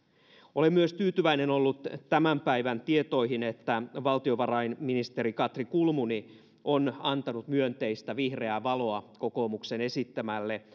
olen ollut tyytyväinen myös tämän päivän tietoihin että valtiovarainministeri katri kulmuni on antanut myönteistä vihreää valoa kokoomuksen esittämälle